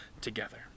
together